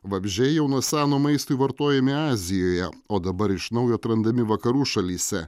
vabzdžiai jau nuo seno maistui vartojami azijoje o dabar iš naujo atrandami vakarų šalyse